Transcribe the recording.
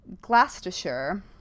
Gloucestershire